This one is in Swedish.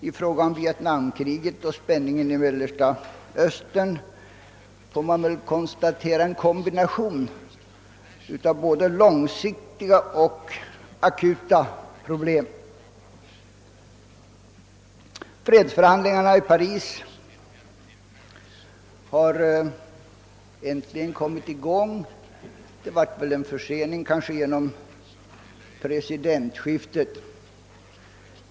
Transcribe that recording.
I fråga om Vietnam-kriget och spänningen i Mellersta Östern kan vi väl konstatera att det föreligger en kombination av långsiktiga och akuta problem. Fredsförhandlingarna i Paris har äntligen kommit i gång. Där blev det väl en försening genom presidentskiftet.